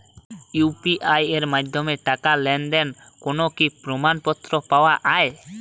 UPI এর মাধ্যমে টাকা লেনদেনের কোন কি প্রমাণপত্র পাওয়া য়ায়?